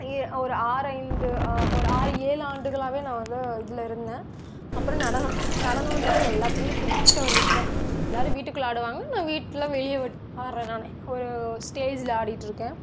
இ ஒரு ஆறு ஐந்து ஒரு ஆறு ஏழு ஆண்டுகளாகவே நான் வந்து இதில் இருந்தேன் அப்புறோம் நடனம் நடனன்றது எல்லாத்துக்குமே பிடிச்ச ஒரு விஷயம் எல்லாரும் வீட்டுக்குள்ளே ஆடுவாங்க நான் வீட்டில் வெளியே விட் ஆடுறேன் நான் ஒரு ஸ்டேஜில் ஆடிட்டுருக்கேன்